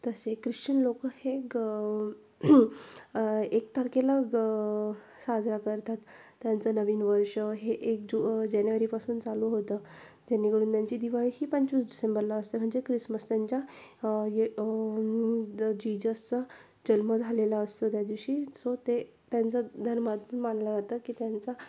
तसे ख्रिश्चन लोक हे ग एक तारखेला ग साजरा करतात त्यांचं नवीन वर्ष हे एक जु जानेवारीपासून चालू होतं जेणेकरून त्यांची दिवाळी ही पंचवीस डिसेंबरला असते म्हणजे क्रिसमस त्यांच्या द जीजसचा जन्म झालेला असतो त्या दिवशी सो ते त्यांच धर्मातून मानलं जातं की त्यांचा